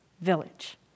village